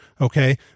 Okay